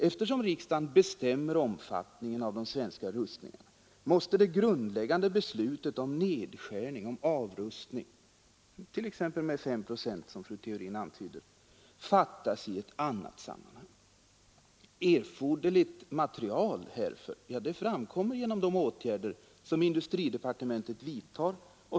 Eftersom riksdagen bestämmer omfattningen av de svenska rustningarna, måste det grundläggande beslutet om nedskärning, dvs. om avrustning — t.ex. med S procent, som fru Theorin antydde — fattas i ett annat sammanhang. Erforderligt material härför erhålles redan genom de åtgärder som industridepartementet vidtar.